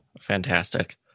Fantastic